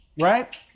Right